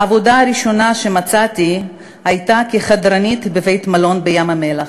העבודה הראשונה שמצאתי הייתה כחדרנית בבית-מלון בים-המלח.